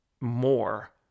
more